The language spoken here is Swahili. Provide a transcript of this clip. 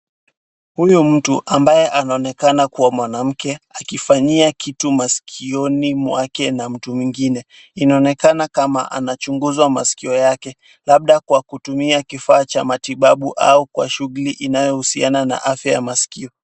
Huyu mtu ambaye anaonekana kuwa mwanamke akifanyia kitu masikioni mwake na mtu mwingine, inaonekana kama anachunguzwa maskio yake labda kwa kutumia kifaa cha matibabu au kwa shughuli inayohusiana na afya ya masikio.